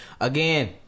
Again